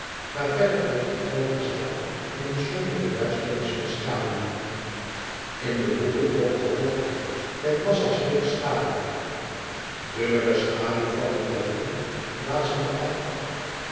maar verder bleef de te groote zaal in een sombere duisternis van schaduw in de hoeken opgehoopt met massa's dikke schaduw dunnere schaduw van het plafond wazende af